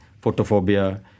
photophobia